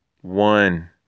one